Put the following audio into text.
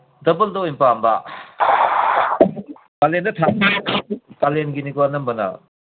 ꯗꯕꯜꯗ ꯑꯣꯏ ꯄꯥꯝꯕ ꯀꯥꯂꯦꯟꯗ ꯀꯥꯂꯦꯟꯒꯤꯅꯤꯀꯣ ꯑꯅꯝꯕꯅ